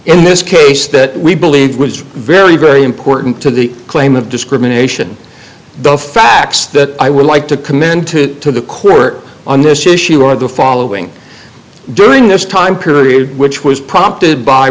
in this case that we believe was very very important to the claim of discrimination the facts that i would like to commend to the court on this issue one of the following during this time period which was prompted by